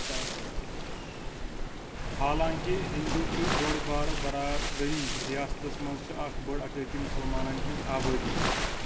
حالانٛکِہ ہینٛدۍ چھُ بوٚڈ بارٕ برادٔری ریاستس منٛز چھِ اَکھ بٔڈ اقلِیتی مُسلمانن ہٕنٛز آبٲدِی